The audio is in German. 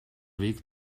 weg